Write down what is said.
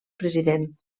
president